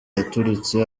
yaturitse